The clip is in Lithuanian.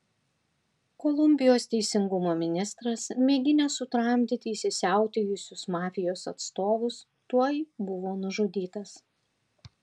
kolumbijos teisingumo ministras mėginęs sutramdyti įsisiautėjusius mafijos atstovus tuoj buvo nužudytas